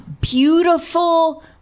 beautiful